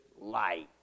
light